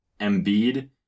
Embiid